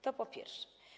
To po pierwsze.